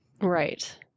Right